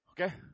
Okay